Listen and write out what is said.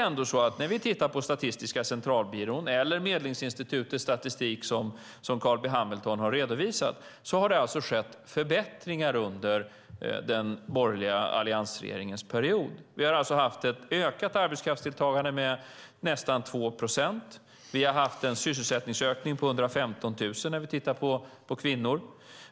Enligt Statistiska centralbyrån och Medlingsinstitutets statistik, som Carl B Hamilton redogjorde för, har det skett förbättringar under den borgerliga alliansregeringens period. Vi har haft ett ökat arbetskraftsdeltagande med nästan med nästan 2 procent. Vi har haft en sysselsättningsökning med 115 000 när det gäller kvinnor.